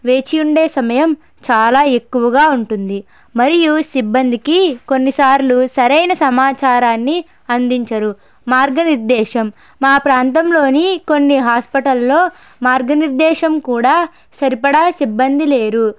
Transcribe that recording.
వేచి ఉండే సమయం చాలా ఎక్కువగా ఉంటుంది మరియు సిబ్బందికి కొన్ని సార్లు సరైన సమాచారాన్ని అందించరు మార్గ నిర్దేశం మా ప్రాంతంలోని కొన్ని హాస్పిటల్లోని మార్గనిర్దేశం కూడా సరిపడ సిబ్బంది లేరు